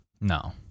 no